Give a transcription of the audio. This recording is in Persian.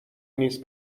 نیز